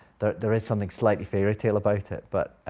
there there is something slightly fairytale about it, but